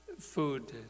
food